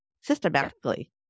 systematically